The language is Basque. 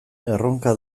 erronka